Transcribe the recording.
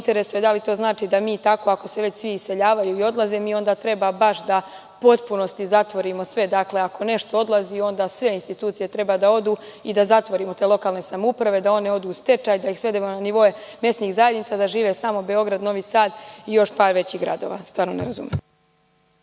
rade. Interesuje me da li to znači da ako se već svi iseljavaju i odlaze, mi onda treba da u potpunosti zatvorimo sve. Dakle, ako nešto odlazi onda sve institucije treba da odu i da zatvorimo te lokalne samouprave, da one odu u stečaj, da ih svedemo na nivoe mesnih zajednica, da žive samo Beograd, Novi Sad i još par većih gradova. Stvarno ne razumem.